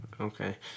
okay